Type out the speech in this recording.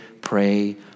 pray